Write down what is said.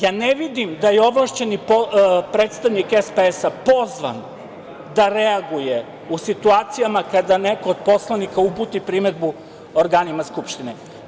Ja ne vidim da je ovlašćeni predstavnik SPS pozvan da reaguje u situacijama kada neko od poslanika uputi primedbu organima Skupštine.